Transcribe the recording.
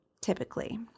typically